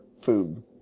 food